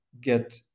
get